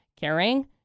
Caring